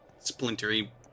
Splintery